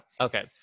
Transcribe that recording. okay